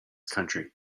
country